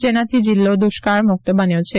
જેનાથી જિલ્લો દુષ્કાળ મુક્ત બન્યો છે